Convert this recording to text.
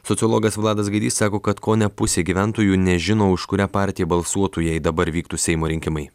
sociologas vladas gaidys sako kad kone pusė gyventojų nežino už kurią partiją balsuotų jei dabar vyktų seimo rinkimai